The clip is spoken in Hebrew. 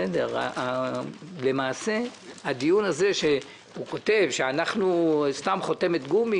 זה שהוא כתב שאנחנו סתם חותמת גומי